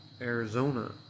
Arizona